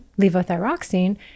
levothyroxine